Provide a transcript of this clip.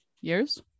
years